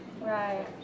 Right